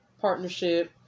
partnership